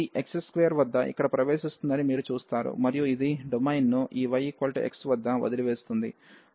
ఇది x2 వద్ద ఇక్కడ ప్రవేశిస్తుందని మీరు చూస్తారు మరియు ఇది డొమైన్ను ఈ yx వద్ద వదిలివేస్తుంది